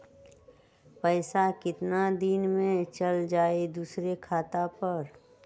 पैसा कितना दिन में चल जाई दुसर खाता पर?